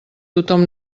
tothom